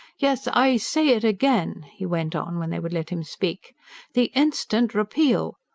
yes, i say it again, he went on, when they would let him speak the instant repeal!